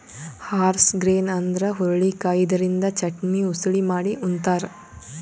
horse grain ಅಂದ್ರ ಹುರಳಿಕಾಯಿ ಇದರಿಂದ ಚಟ್ನಿ, ಉಸಳಿ ಮಾಡಿ ಉಂತಾರ್